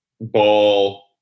Ball